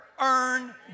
earn